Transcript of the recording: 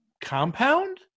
Compound